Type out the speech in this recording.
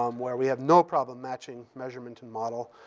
um where we have no problem matching measurement and model.